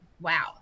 Wow